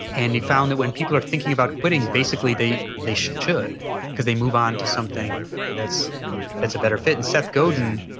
and he found that when people are thinking about quitting, basically they they should should because they move on to something that's that's a better fit. and seth godin,